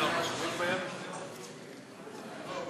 יעל גרמן ורויטל סויד לסעיף 13 לא נתקבלה.